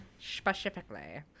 Specifically